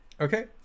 Okay